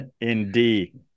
Indeed